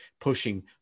pushing